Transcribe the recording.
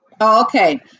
Okay